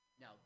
Now